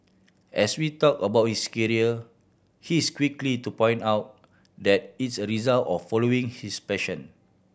as we talk about his career he is quickly to point out that it's a result of following his passion